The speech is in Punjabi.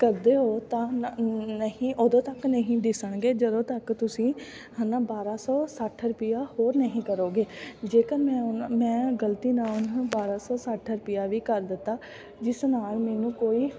ਕਰਦੇ ਹੋ ਤਾਂ ਨਹੀਂ ਉਦੋਂ ਤੱਕ ਨਹੀਂ ਦਿਸਣਗੇ ਜਦੋਂ ਤੱਕ ਤੁਸੀਂ ਹੈ ਨਾ ਬਾਰਾਂ ਸੌ ਸੱਠ ਰੁਪਈਆ ਹੋਰ ਨਹੀਂ ਕਰੋਗੇ ਜੇਕਰ ਮੈਂ ਉਨ੍ਹਾਂ ਮੈਂ ਗਲਤੀ ਨਾਲ ਬਾਰਾਂ ਸੌ ਸੱਠ ਰੁਪਇਆ ਵੀ ਕਰ ਦਿੱਤਾ ਜਿਸ ਨਾਲ ਮੈਨੂੰ ਕੋਈ